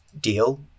deal